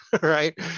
right